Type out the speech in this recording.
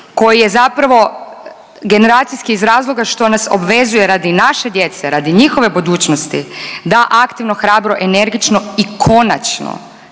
koji je zapravo generacijski iz razloga što nas obavezuje radi naše djece, radi njihove budućnosti, da aktivno, hrabro, energično i konačno